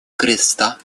креста